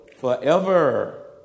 forever